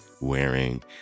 wearing